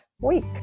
week